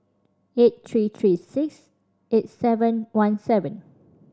eight three three six eight seven one seven